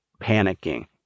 panicking